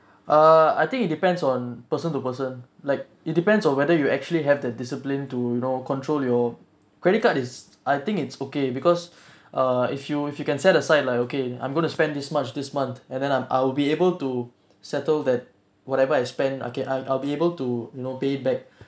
uh I think it depends on person to person like it depends on whether you actually have the discipline to you know control your credit card is I think it's okay because err if you if you can set aside like okay I'm going to spend this much this month and then I'm I'll be able to settle that whatever I spend okay I'll I'll be able to you know paying back